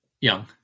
Young